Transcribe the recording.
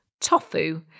Tofu